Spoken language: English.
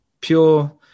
pure